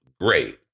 great